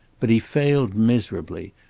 but he failed miserably,